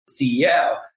CEO